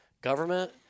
government